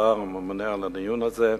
השר הממונה על הדיון הזה,